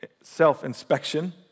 self-inspection